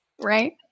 Right